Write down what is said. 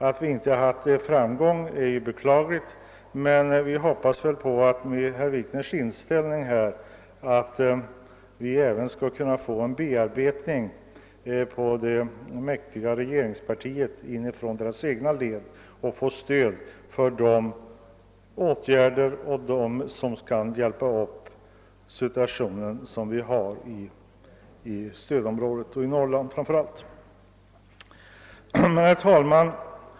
Att vi inte har haft framgång med dem är beklagligt, men vi hoppas med tanke på herr Wikners inställning härvidlag att det även skall kunna bli en bearbetning av det mäktiga regeringspartiet inifrån partiets egna led, så att vi får stöd för åtgärder som kan hjälpa upp situationen i stödområdet, framför allt i Norrland.